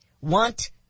want